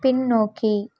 பின்னோக்கி